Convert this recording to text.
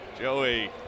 joey